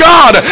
God